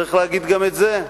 וצריך להגיד גם את זה.